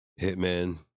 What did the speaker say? Hitman